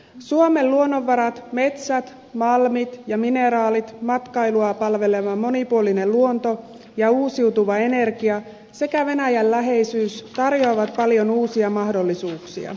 suomen luonnonvarat metsät malmit ja mineraalit matkailua palveleva monipuolinen luonto ja uusiutuva energia sekä venäjän läheisyys tarjoavat paljon uusia mahdollisuuksia